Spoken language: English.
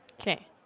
Okay